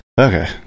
okay